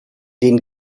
den